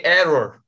error